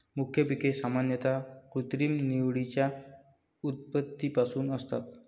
मुख्य पिके सामान्यतः कृत्रिम निवडीच्या उत्पत्तीपासून असतात